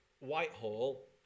Whitehall